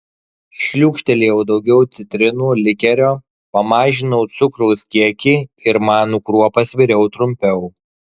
šliūkštelėjau daugiau citrinų likerio pamažinau cukraus kiekį ir manų kruopas viriau trumpiau